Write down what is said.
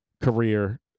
career